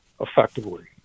effectively